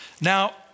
Now